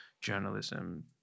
journalism